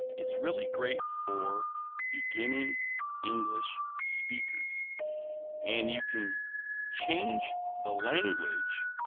it's really great for beginning english speakers and you can change the language